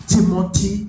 Timothy